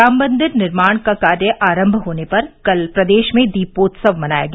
राम मंदिर निर्माण का कार्य आरम्म होने पर कल प्रदेश में दीपोत्सव मनाया गया